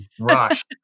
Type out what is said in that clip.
rush